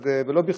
ולא בכדי.